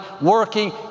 working